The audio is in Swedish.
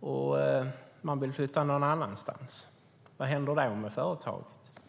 och den personen vill flytta någon annanstans, vad händer då med företaget?